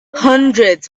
hundreds